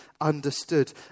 understood